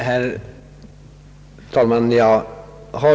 Herr talman!